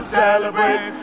celebrate